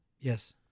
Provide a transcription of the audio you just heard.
Yes